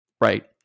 right